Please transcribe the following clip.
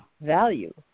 value